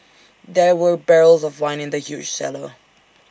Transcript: there were barrels of wine in the huge cellar